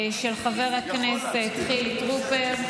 של חבר הכנסת חילי טרופר.